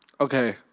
Okay